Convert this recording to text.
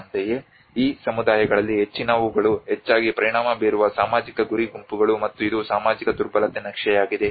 ಅಂತೆಯೇ ಈ ಸಮುದಾಯಗಳಲ್ಲಿ ಹೆಚ್ಚಿನವುಗಳು ಹೆಚ್ಚಾಗಿ ಪರಿಣಾಮ ಬೀರುವ ಸಾಮಾಜಿಕ ಗುರಿ ಗುಂಪುಗಳು ಮತ್ತು ಇದು ಸಾಮಾಜಿಕ ದುರ್ಬಲತೆ ನಕ್ಷೆಯಾಗಿದೆ